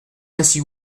ainsi